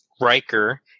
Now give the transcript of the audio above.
Riker